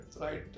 right